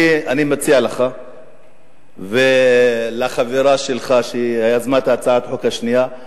אני מציע לך ולחברה שלך שיזמה את הצעת החוק השנייה,